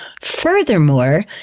Furthermore